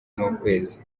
n’ukwezi